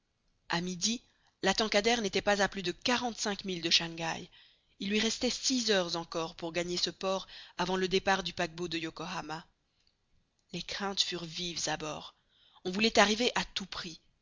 a midi la tankadère n'était pas à plus de quarante-cinq milles de shangaï il lui restait six heures encore pour gagner ce port avant le départ du paquebot de yokohama les craintes furent vives à bord on voulait arriver à tout prix